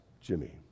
Jimmy